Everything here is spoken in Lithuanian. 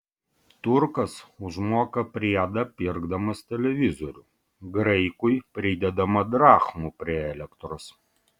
turkas užmoka priedą pirkdamas televizorių graikui pridedama drachmų prie elektros